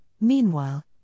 meanwhile